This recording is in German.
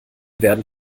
werden